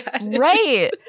Right